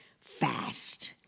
fast